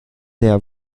der